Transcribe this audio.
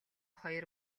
хоёр